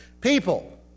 people